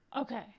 Okay